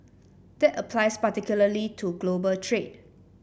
that applies particularly to global trade